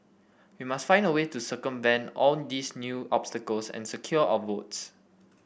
we must find a way to circumvent all these new obstacles and secure our votes